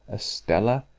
a stella,